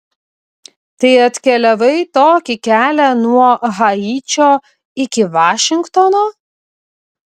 tai atkeliavai tokį kelią nuo haičio iki vašingtono